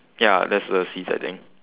ya that's the seeds I think